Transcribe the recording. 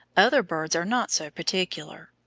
other birds are not so particular.